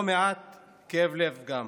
לא מעט כאב לב גם.